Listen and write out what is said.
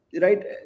right